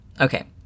Okay